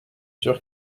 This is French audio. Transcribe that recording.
sûr